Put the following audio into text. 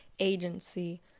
agency